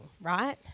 right